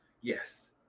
Yes